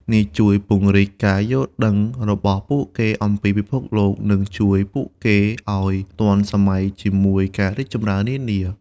នេះជួយពង្រីកការយល់ដឹងរបស់ពួកគេអំពីពិភពលោក និងជួយពួកគេឱ្យទាន់សម័យជាមួយការរីកចម្រើននានា។